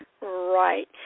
right